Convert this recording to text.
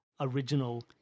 original